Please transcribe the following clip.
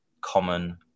common